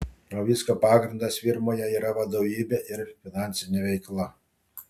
o visko pagrindas firmoje yra vadovybė ir finansinė veikla